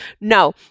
No